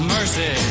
Mercy